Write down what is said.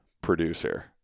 producer